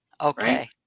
okay